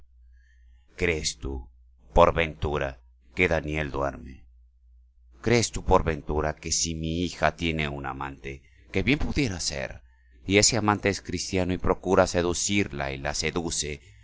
crees tú por ventura que daniel duerme crees tú por ventura que si mi hija tiene un amante que bien pudiera ser y ese amante es cristiano y procura seducirla y la seduce